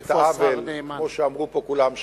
כמו שאמרו פה כולם,